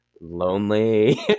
lonely